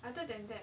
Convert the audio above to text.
other than that